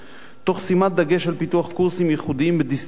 תוך שימת דגש על פיתוח קורסים ייחודיים בדיסציפלינות